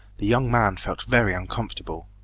the young man felt very uncomfortable.